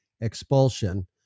expulsion